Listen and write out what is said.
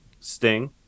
Sting